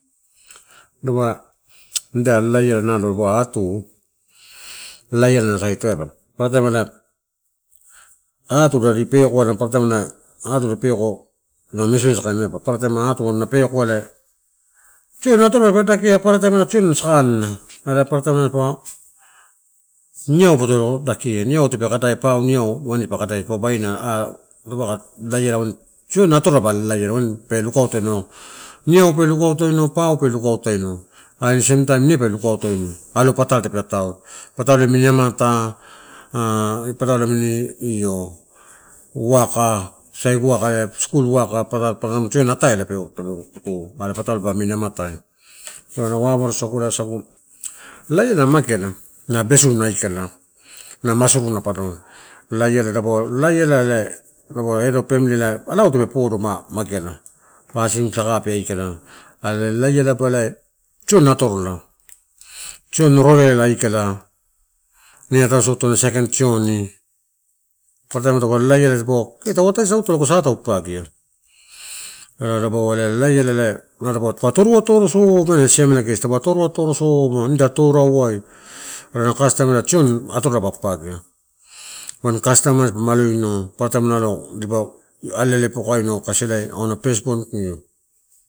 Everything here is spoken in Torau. Dapaua nida lalaia nalo dipa atu lalaiala ena rait aibu paparataim ela atuda adi peko ppaparataim atuda peko na paparataim tioni na sakanna ela paparataim niau potolo, dakia, niautape kadaia pau niau wain tadipa kadaia dipaua baina ah taupakai lalaiala. Waini tioni atorola wain pe lukautaino niau pe lukautaino pau pe lukautaino are sametime ine pe lukautaino. Are alo patalo tape atai, patalo omini amata ah io uwaka, sai uwaka elai skul uwaka paparataim tioni atevela are patalobu amini amatai ela wawaresagu ela wasagu lalaila na mageala na besuna aikala na head of family tape podo ma-mageala pasin saka pe aikala are lalailaba ela tioni atorola tioni rorela aikala ine ataisauto saikain tioni, paparataim taupe lalaila dipaua kee tau ataisauto lago u tuu papagia ela dapaua lalaila ela dopaua pa toru atoroso ma eh siamela gesi, taupe toru atoro so tuu papagia wain, custom dipalama aloino pa paparataim dipa ale ale pokaino kasi auna firstborn io.